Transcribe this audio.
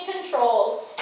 control